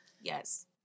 Yes